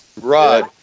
Rod